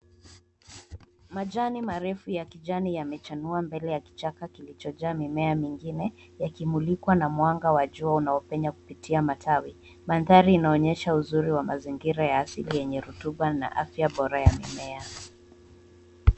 Majani marefu ya kijani yamechanua mbele ya kichaka kilichojaa mimea mengine yakimulikwa na mwanga wa jua unaopenya kupitia kwa matawi. Mandhari inaonyesha uzuri wa mazingira ya asili yenye rutuba na afya bora ya mimea.